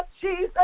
Jesus